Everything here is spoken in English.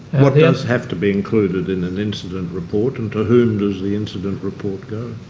what does have to be included in an incident report and to whom does the incident report go?